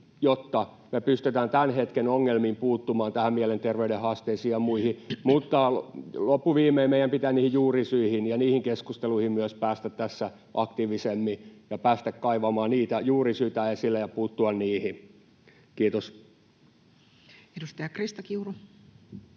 jotta me pystytään tämän hetken ongelmiin puuttumaan, näihin mielenterveyden haasteisiin ja muihin. Mutta loppuviimein meidän pitää niihin juurisyihin ja niihin keskusteluihin myös päästä tässä aktiivisemmin ja päästä kaivamaan niitä juurisyitä esille ja puuttua niihin. — Kiitos. [Speech 249]